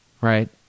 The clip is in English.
right